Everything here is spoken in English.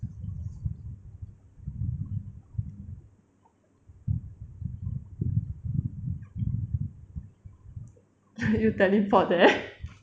you teleport there